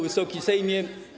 Wysoki Sejmie!